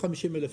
50,000 שקלים.